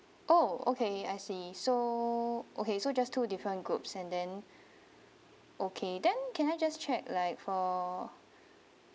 oh okay I see so okay so just two different groups and then okay then can I just check like for